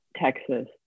Texas